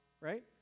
Right